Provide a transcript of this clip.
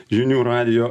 žinių radijo